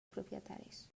propietaris